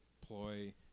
ploy